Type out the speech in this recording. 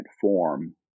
form